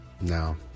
No